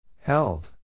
Held